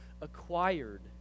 acquired